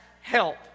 help